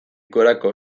gorako